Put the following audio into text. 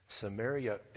Samaria